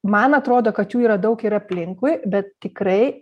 man atrodo kad jų yra daug ir aplinkui bet tikrai